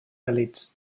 elits